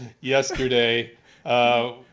yesterday